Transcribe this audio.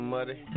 Muddy